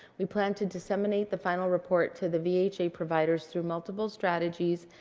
we plan to disseminate the final report to the vha providers through multiple strategies,